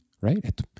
Right